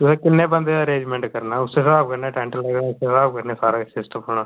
तुसें किन्ने बंदे दा अरेंजमैंट करना उस्सै स्हाब कन्नै टैंट लगने उस्सै स्हाब कन्नै सारा किश सिस्टम होना